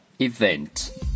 event